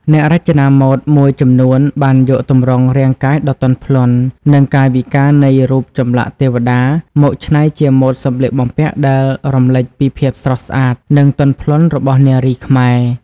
អ្នករចនាម៉ូដមួយចំនួនបានយកទម្រង់រាងកាយដ៏ទន់ភ្លន់ និងកាយវិការនៃរូបចម្លាក់ទេវតា មកច្នៃជាម៉ូដសម្លៀកបំពាក់ដែលរំលេចពីភាពស្រស់ស្អាតនិងទន់ភ្លន់របស់នារីខ្មែរ។